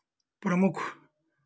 प्रमुख